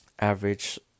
average